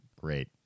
Great